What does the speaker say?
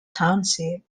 township